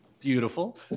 Beautiful